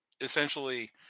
essentially